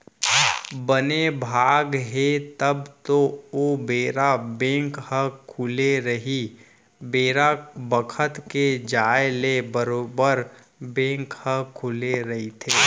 बने भाग हे तब तो ओ बेरा बेंक ह खुले रही बेरा बखत के जाय ले बरोबर बेंक ह खुले रहिथे